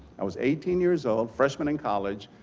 i was eighteen years old. freshman in college.